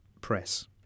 press